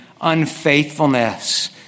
unfaithfulness